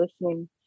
listening